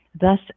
thus